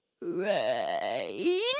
Rain